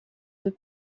deux